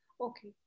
Okay